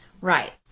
Right